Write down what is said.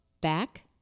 back